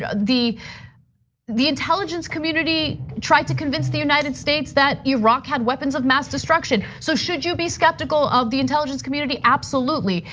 yeah the the intelligence community tried to convince the united states that iraq had weapons of mass destruction. so should you be skeptical of the intelligence community? absolutely,